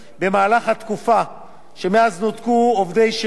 שמאז נותקו עובדי שירות המדינה מההצמדה לפעילים,